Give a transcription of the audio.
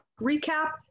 recap